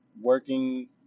working